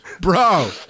bro